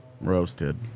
Roasted